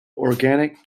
organic